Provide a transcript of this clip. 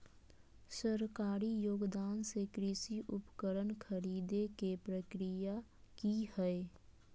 सरकारी योगदान से कृषि उपकरण खरीदे के प्रक्रिया की हय?